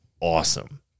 awesome